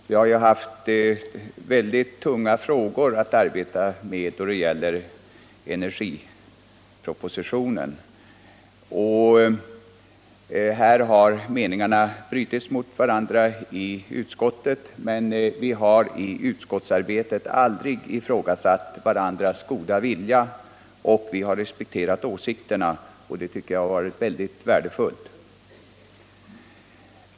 Vi har haft mycket tunga frågor att arbeta med när det gäller energipolitiken och meningarna har brutits mot varandra i utskottet, men vi har i utskottsarbetet aldrig ifrågasatt varandras goda vilja och vi har respekterat varandras åsikter. Det har varit mycket värdefullt.